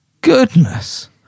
goodness